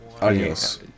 Adios